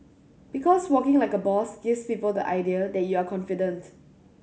because walking like a boss gives people the idea that you are confident